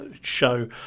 show